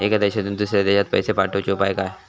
एका देशातून दुसऱ्या देशात पैसे पाठवचे उपाय काय?